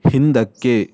ಹಿಂದಕ್ಕೆ